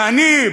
ואני,